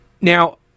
Now